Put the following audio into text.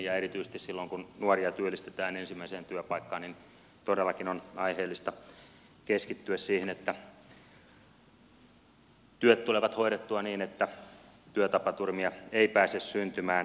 ja erityisesti silloin kun nuoria työllistetään ensimmäiseen työpaikkaan todellakin on aiheellista keskittyä siihen että työt tulevat hoidettua niin että työtapaturmia ei pääse syntymään